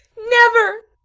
never!